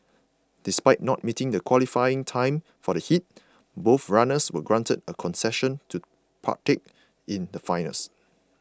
despite not meeting the qualifying time for the heat both runners were granted a concession to partake in the finals